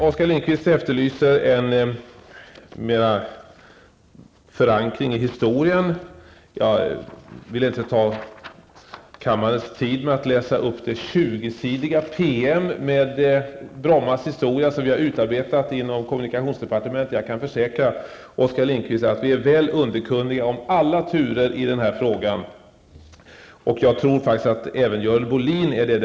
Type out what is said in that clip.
Oskar Lindkvist efterlyser mer förankring i historien. Jag vill inte ta upp kammarens tid med att läsa upp det 20-sidiga PM med Brommas historia som vi har utarbetat inom kommunikationsdepartementet. Jag kan försäkra Oskar Lindkvist om att vi är väl underkunniga om alla turer i den här frågan. Jag tror faktiskt att även Görel Bohlin är det.